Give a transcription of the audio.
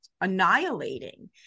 annihilating